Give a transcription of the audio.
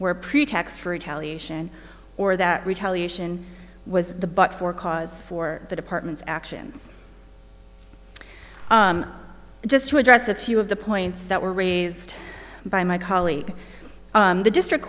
were a pretext for retaliation or that retaliation was the but for cause for the department's actions just to address a few of the points that were raised by my colleague the district